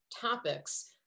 topics